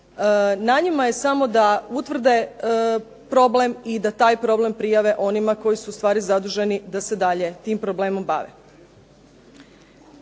na njima je samo da utvrde problem i da taj problem prijave onima koji su ustavi zaduženi da se dalje tim problemom bave.